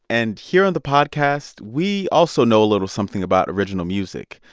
and here on the podcast, we also know a little something about original music.